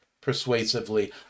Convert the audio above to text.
persuasively